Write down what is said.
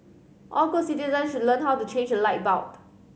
all good citizens should learn how to change light bulb